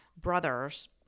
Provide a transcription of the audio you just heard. brothers